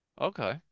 Okay